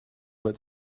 but